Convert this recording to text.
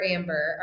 Amber